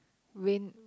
win